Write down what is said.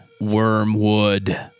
Wormwood